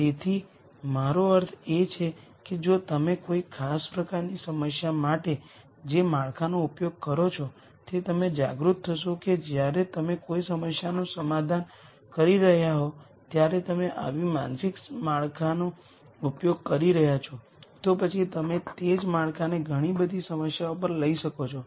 તેથી મારો અર્થ એ છે કે જો તમે કોઈ ખાસ પ્રકારની સમસ્યા માટે જે માળખાનો ઉપયોગ કરો છો તે તમે જાગૃત થશો કે જ્યારે તમે કોઈ સમસ્યાનું સમાધાન કરી રહ્યા હો ત્યારે તમે આવી માનસિક માળખાનો ઉપયોગ કરી રહ્યાં છો તો પછી તમે તે જ માળખાને ઘણી બધી સમસ્યાઓ પર લઈ શકો છો